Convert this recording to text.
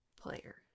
player